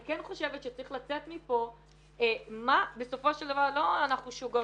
אני חושבת שצריך לצאת מפה בסופו של דבר לא אנחנו שוגות,